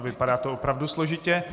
Vypadá to opravdu složitě.